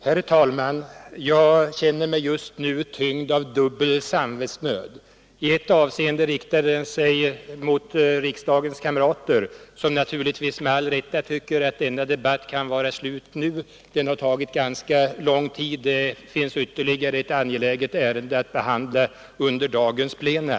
Herr talman! Jag känner mig just nu tyngd av dubbel samvetsnöd. I ett avseende riktar sig den samvetsnöden mot kamraterna i riksdagen som naturligtvis med all rätt tycker att denna debatt kunde vara slut nu, eftersom den har tagit ganska lång tid och eftersom det finns ytterligare ett angeläget ärende att behandla under dagens plenum.